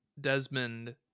Desmond